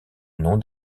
non